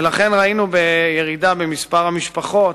ולכן ראינו ירידה במספר המשפחות,